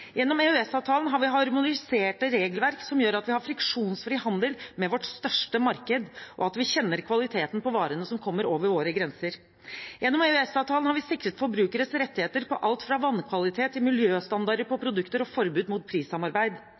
Gjennom EØS-avtalen har vi harmoniserte regelverk som gjør at vi har friksjonsfri handel med vårt største marked, og at vi kjenner kvaliteten på varene som kommer over våre grenser. Gjennom EØS-avtalen har vi sikret forbrukeres rettigheter på alt fra vannkvalitet til miljøstandarder på produkter og forbud mot prissamarbeid.